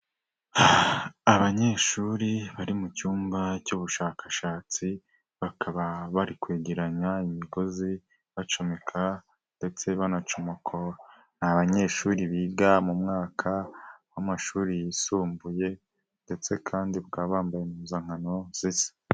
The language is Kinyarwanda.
Abanyeshuri bari mu cyumba cy'ubushakashatsi bakaba bari kwegeranya imigozi bacomeka ndetse banacamako ni abanyeshuri biga mu mwaka w'amashuri yisumbuye ndetse kandi bakaba bambaye impuzankano zisa.